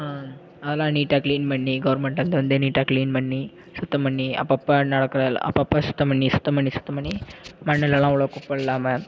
அதெலாம் நீட்டாக க்ளீன் பண்ணி கவர்மெண்ட்லேருந்து வந்து நீட்டாக க்ளீன் பண்ணி சுத்தம் பண்ணி அப்போப்ப நடக்கிற அப்போப்ப சுத்தம் பண்ணி சுத்தம் பண்ணி சுத்தம் பண்ணி மண்ணுலெலாம் அவ்வளவா குப்பை இல்லாமல்